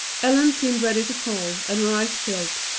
ellen seemed ready to fall, and her eyes filled.